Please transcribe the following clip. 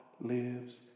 lives